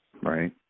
right